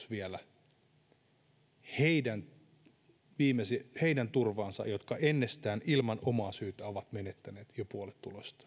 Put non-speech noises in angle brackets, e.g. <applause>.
<unintelligible> vielä lisäleikkaus heidän turvaansa jotka ennestään ilman omaa syytään ovat jo menettäneet puolet tuloistaan